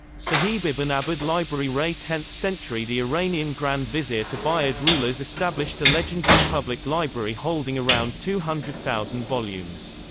sahib ibn abbad library-rey tenth century the iranian grand vizier to buyid rulers established a legendary public library holding around two hundred thousand volumes.